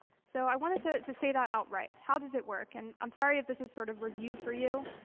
so i wanted to to say that outright. how does it work? and i'm sorry if this is sort of review for you.